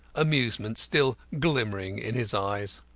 amusement still glimmering in his eyes.